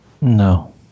No